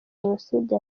jenoside